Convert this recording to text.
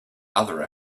other